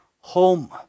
home